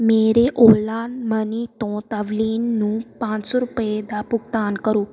ਮੇਰੇ Ola Money ਤੋਂ ਤਵਲੀਨ ਨੂੰ ਪੰਜ ਸੌ ਰੁਪਏ ਦਾ ਭੁਗਤਾਨ ਕਰੋ